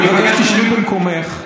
אני מבקש שתשבי במקומך.